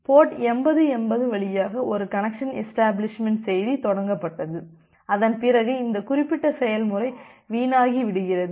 board 8080 வழியாக ஒரு connection establishment செய்தி தொடங்கப்பட்டது அதன் பிறகு இந்த குறிப்பிட்ட செயல்முறை வீணாகி விடுகிறது